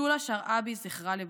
שולה שרעבי, זכרה לברכה,